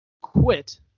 quit